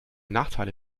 nachteile